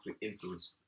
influence